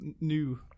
new